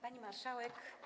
Pani Marszałek!